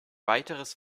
weiteres